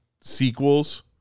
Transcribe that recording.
sequels